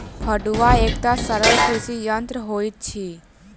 फड़ुआ एकटा सरल कृषि यंत्र होइत अछि